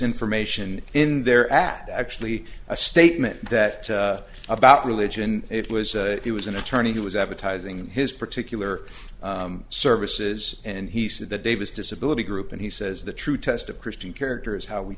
information in their ads actually a statement that about religion it was it was an attorney who was advertising his particular services and he said that david's disability group and he says the true test of christian character is how we